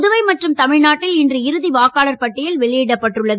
புதுவை மற்றும் தமிழ்நாட்டில் இன்று இறுதி வாக்காளர் பட்டியல் வெளியிடப்பட்டுள்ளது